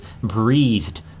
breathed